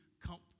comfort